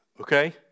okay